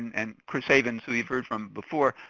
and chris havens, whom we've heard from before,